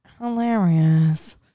Hilarious